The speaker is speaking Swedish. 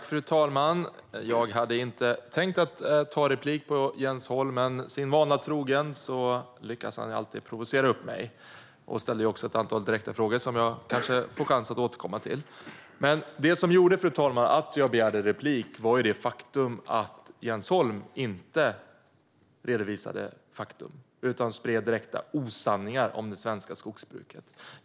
Fru talman! Jag hade inte tänkt begära replik på Jens Holms anförande, men sin vana trogen lyckades han provocera upp mig. Han ställde också ett antal direkta frågor som jag kanske får chans att återkomma till. Det som gjorde att jag begärde replik, fru talman, var det faktum att Jens Holm inte redovisade fakta utan spred direkta osanningar om det svenska skogsbruket.